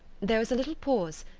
there was a little pause,